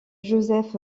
joseph